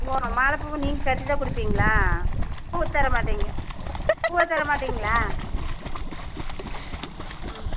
ஓ மாலை பூவும் நீங்கள் கட்டி தான் கொடுப்பீங்களா பூவை தர மாட்டிங்க பூவாக தர மாட்டிங்களா ம்